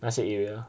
那些 area